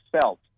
felt